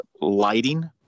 lighting